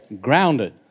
Grounded